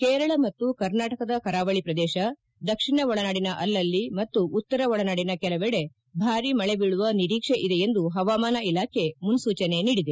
ಕೇರಳ ಮತ್ತು ಕರ್ನಾಟಕದ ಕರಾವಳಿ ಪ್ರದೇಶ ದಕ್ಷಿಣ ಒಳನಾಡಿನ ಅಲ್ಲಲ್ಲಿ ಮತ್ತು ಉತ್ತರ ಒಳನಾಡಿನ ಕೆಲವೆಡೆ ಭಾರಿ ಮಳೆ ಬೀಳುವ ನಿರೀಕ್ಷೆ ಇದೆ ಎಂದು ಹವಾಮಾನ ಇಲಾಖೆ ಮುನ್ನೂಚನೆ ನೀಡಿದೆ